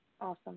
Awesome